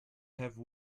have